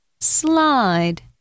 slide